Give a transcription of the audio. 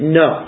no